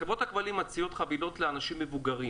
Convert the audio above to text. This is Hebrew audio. חברות הכבלים מציעות חבילות לאנשים מבוגרים.